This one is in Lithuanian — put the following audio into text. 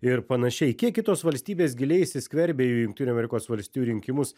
ir panašiai kiek kitos valstybės giliai įsiskverbia į jungtinių amerikos valstijų rinkimus